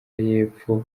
yepfo